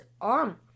arm